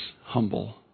humble